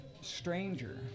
stranger